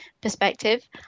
perspective